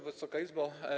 Wysoka Izbo!